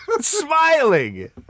smiling